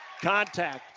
contact